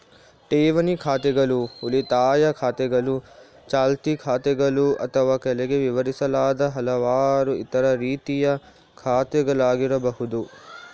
ಠೇವಣಿ ಖಾತೆಗಳು ಉಳಿತಾಯ ಖಾತೆಗಳು, ಚಾಲ್ತಿ ಖಾತೆಗಳು ಅಥವಾ ಕೆಳಗೆ ವಿವರಿಸಲಾದ ಹಲವಾರು ಇತರ ರೀತಿಯ ಖಾತೆಗಳಾಗಿರಬಹುದು